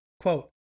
Quote